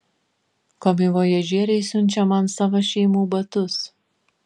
komivojažieriai siunčia man savo šeimų batus